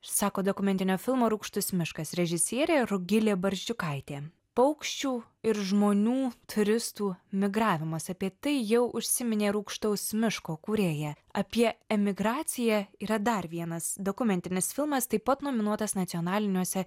sako dokumentinio filmo rūgštus miškas režisierė rugilė barzdžiukaitė paukščių ir žmonių turistų migravimas apie tai jau užsiminė rūgštaus miško kūrėja apie emigraciją yra dar vienas dokumentinis filmas taip pat nominuotas nacionaliniuose